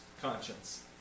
conscience